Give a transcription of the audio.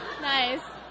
nice